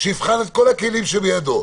שיבחן את כל הכלים שבידיו,